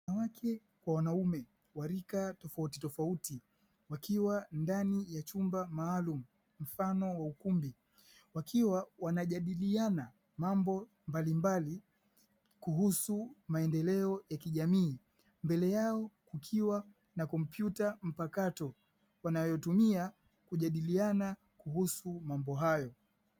Wanawake kwa wanaume wa rika tofauti tofauti, wakiwa ndani ya chumba maalumu mfano wa ukumbi, wakiwa wanajadiliana mambo mbalimbali kuhusu maendeleo ya kijamii, mbele yao kukiwa na kompyuta mpakato wanayotumia kujadiliana kuhusu mambo hayo.